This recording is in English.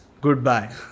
Goodbye